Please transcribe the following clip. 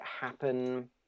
happen